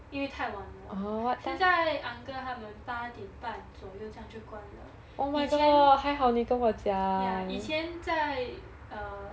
因为太晚了现在 uncle 他们八点半左右这样就关了以前 ya 以前在 uh